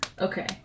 Okay